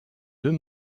deux